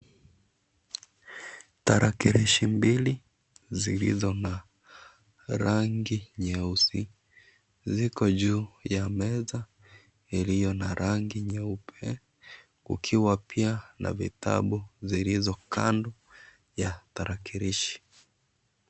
Tarakilishi mbili zilizo na rangi nyeusi ziko juu ya meza iliyo na rangi nyeupe kukiwa pia na vitabu zilizo kando ya tarakilishi .